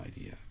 idea